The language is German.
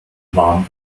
warm